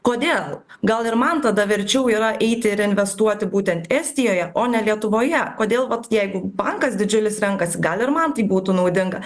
kodėl gal ir man tada verčiau yra eiti ir investuoti būtent estijoje o ne lietuvoje kodėl vat jeigu bankas didžiulis renkasi gal ir man tai būtų naudinga